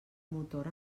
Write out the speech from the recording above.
motor